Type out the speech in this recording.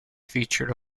featured